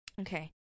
Okay